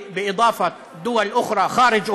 ויש חוק נוסף בדרך שלפיו יוספו מדינות אחרות,